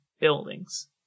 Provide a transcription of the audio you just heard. buildings